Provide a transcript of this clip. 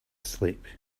sleep